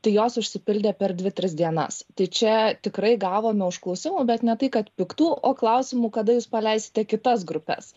tai jos užsipildė per dvi tris dienas tai čia tikrai gavome užklausimų bet ne tai kad piktų o klausimų kada jūs paleisite kitas grupes